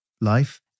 life